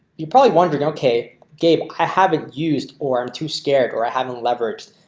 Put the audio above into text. you're probably wondering okay gabe. i haven't used or i'm too scared or i haven't leveraged.